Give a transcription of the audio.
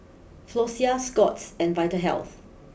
Floxia Scott's and Vitahealth